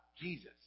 Jesus